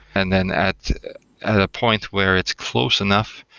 and then at a point where it's close enough,